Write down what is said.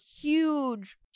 huge